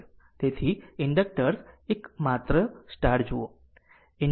તેથી ઇન્ડક્ટર્સ તેથી એક માત્ર જુઓ